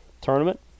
tournament